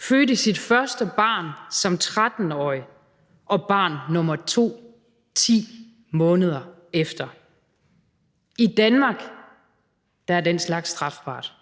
fødte sit første barn som 13-årig og barn nummer to 10 måneder efter. I Danmark er den slags strafbart,